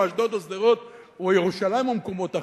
או אשדוד או שדרות או ירושלים או מקומות אחרים.